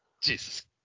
Jesus